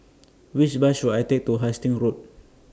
Which Bus should I Take to Hastings Road